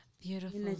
Beautiful